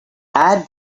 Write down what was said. add